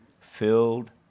filled